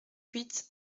huit